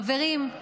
חברים,